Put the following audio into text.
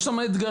יש שם אתגרים.